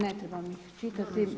Ne trebam ih čitati.